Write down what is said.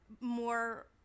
more